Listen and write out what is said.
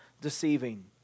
deceiving